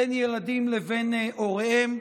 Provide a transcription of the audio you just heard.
בין ילדים לבין הוריהם.